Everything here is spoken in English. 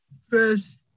first